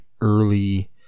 early